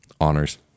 honors